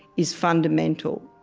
is fundamental.